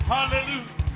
Hallelujah